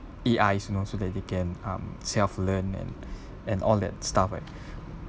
A_I you know so that they can um self learn and and all that stuff and